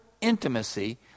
intimacy